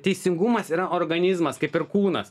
teisingumas yra organizmas kaip ir kūnas